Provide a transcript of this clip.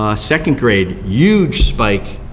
ah second grade, huge spike